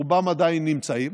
רובם עדיין נמצאים,